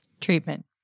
treatment